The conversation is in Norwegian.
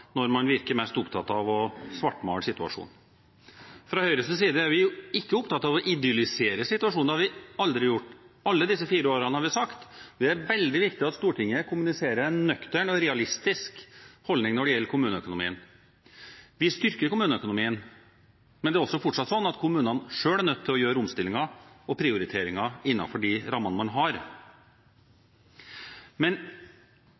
når man virker mest opptatt av å svartmale situasjonen. Fra Høyres side er vi ikke opptatt av å idyllisere situasjonen, det har vi aldri gjort. Alle disse fire årene har vi sagt at det er veldig viktig at Stortinget kommuniserer en nøktern og realistisk holdning når det gjelder kommuneøkonomien. Vi styrker kommuneøkonomien, men det er fortsatt sånn at kommunene selv er nødt til å gjøre omstillinger og prioriteringer innenfor de rammene man har.